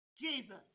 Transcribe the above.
Jesus